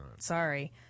Sorry